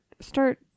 start